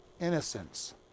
innocence